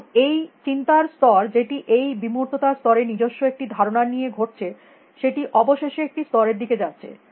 এবং এই চিন্তার স্তর যেটি এই বিমূর্ততার স্তরে নিজস্ব একটি ধারণা নিয়ে ঘটছে সেটি অবশেষে একটি স্তরের দিকে যাচ্ছে